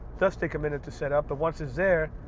does take a minute to set up the wants is there.